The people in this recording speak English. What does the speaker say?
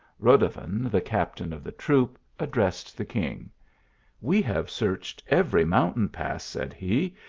rodovan, the captain of the troop, addressed the king we have searched every mountain pass, said he,